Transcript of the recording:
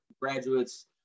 graduates